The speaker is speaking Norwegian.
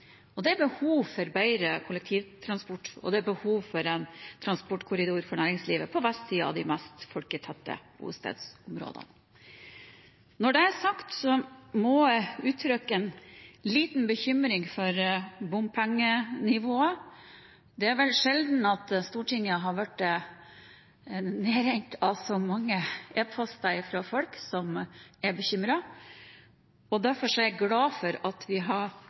Stavanger. Det er behov for bedre kollektivtransport, og det er behov for en transportkorridor for næringslivet på vestsiden av de mest folketette bostedsområdene. Når det er sagt, må jeg uttrykke en liten bekymring for bompengenivået. Det er vel sjelden at Stortinget har blitt nedrent med så mange e-poster fra folk som er bekymret. Derfor er jeg glad for at vi har